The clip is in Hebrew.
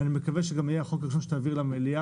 אני מקווה שהוא גם יהיה החוק הראשון שתעביר למליאה.